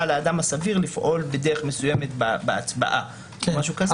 לאדם הסביר לפעול בדרך מסוימת בהצבעה או משהו כזה.